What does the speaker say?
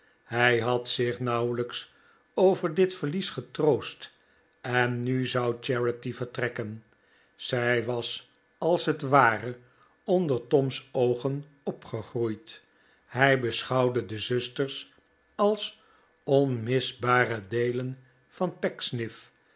hij had zich nauwelijks over d'it verlies getroost en nu zou charity vertrekken zij wasj als het ware onder tom's oogen opgegroeid hij b'eschouwde de zusters als onmisbare deelen van